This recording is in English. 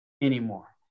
anymore